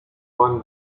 one